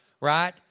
right